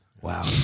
Wow